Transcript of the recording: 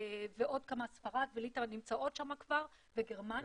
ספרד וליטא נמצאות שם כבר, וגרמניה.